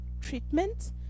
treatment